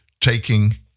taking